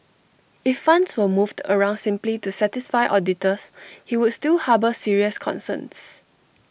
if funds were moved around simply to satisfy auditors he would still harbour serious concerns